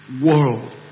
world